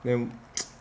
um